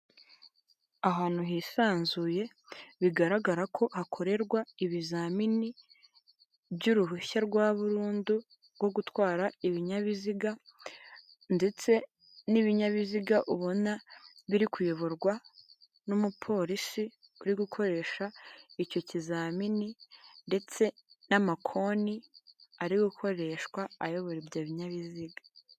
Ahantu hisanzuye bigaragara ko akorerwa ibizamini by'uruhushya rwaburundu rwo gutwara ibinyabiziga ndetse n'ibinyabiziga ubona biri kuyoborwa n'umupolisi uri gukoresha icyo kizamini ndetse n'amakoni ari gukoreshwa ayobora ibyo binyabiziga.